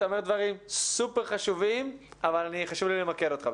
אתה אומר דברים סופר חשובים אבל חשוב לי למקד אותך,